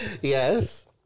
Yes